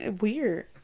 weird